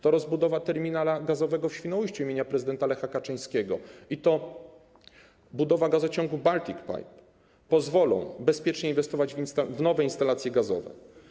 To rozbudowa terminala gazowego w Świnoujściu im. prezydenta Lecha Kaczyńskiego i budowa gazociągu Baltic Pipe pozwolą bezpiecznie inwestować w nowe instalacje gazowe.